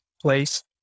place